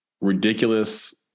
ridiculous